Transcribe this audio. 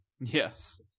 Yes